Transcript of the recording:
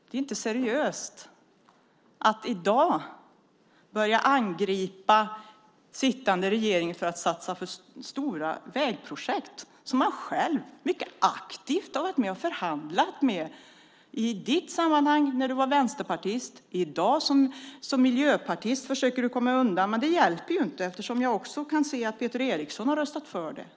Det är inte seriöst att i dag börja angripa sittande regering för att satsa på för stora vägprojekt som man själv mycket aktivt har varit med och förhandlat om. Du gjorde det i ditt sammanhang när du var vänsterpartist. I dag, som miljöpartist, försöker du komma undan. Men det hjälper inte eftersom jag kan se att också Peter Eriksson har röstat för det här.